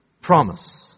promise